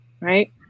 right